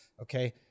Okay